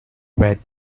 red